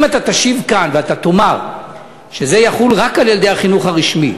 אם אתה תשיב כאן ותאמר שזה יחול רק על ילדי החינוך הרשמי,